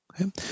okay